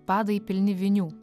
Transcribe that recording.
padai pilni vinių